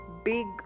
Big